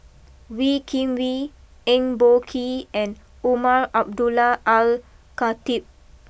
Wee Kim Wee Eng Boh Kee and Umar Abdullah AlKhatib